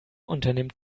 unternimmt